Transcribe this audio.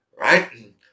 right